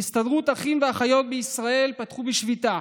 בהסתדרות האחים והאחיות בישראל פתחו בשביתה.